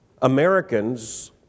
Americans